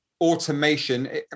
automation